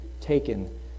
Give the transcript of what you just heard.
taken